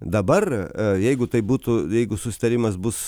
dabar jeigu taip būtų jeigu susitarimas bus